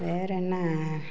வேறே என்ன